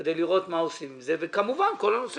כדי לראות מה עושים עם זה וכמובן כל הנושא